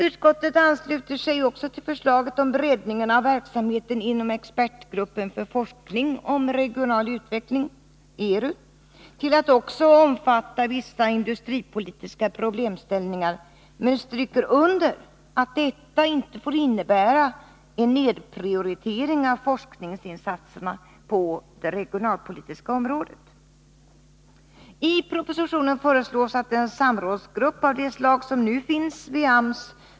Utskottet ansluter sig till förslaget om breddning av verksamheten inom expertgruppen för forskning om regional utveckling, ERU, till att också omfatta vissa industripolitiska problemställningar, men stryker under att detta inte får innebära en nedprioritering av forskningsinsatserna på det regionalpolitiska området.